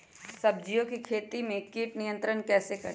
सब्जियों की खेती में कीट नियंत्रण कैसे करें?